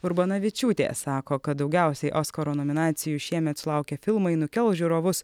urbanavičiūtė sako kad daugiausiai oskaro nominacijų šiemet sulaukę filmai nukels žiūrovus